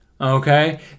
Okay